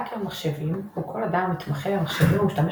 האקר מחשבים הוא כל אדם המתמחה במחשבים ומשתמש